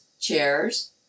chairs